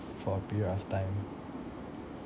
for a period of time